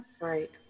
Right